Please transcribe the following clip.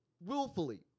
Willfully